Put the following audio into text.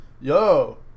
Yo